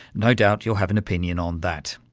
no doubt you'll have an opinion on that.